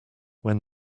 when